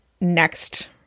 next